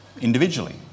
individually